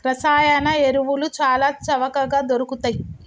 రసాయన ఎరువులు చాల చవకగ దొరుకుతయ్